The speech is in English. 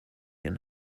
and